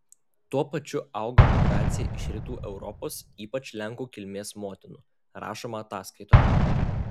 tuo pačiu augo migracija iš rytų europos ypač lenkų kilmės motinų rašoma ataskaitoje